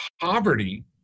poverty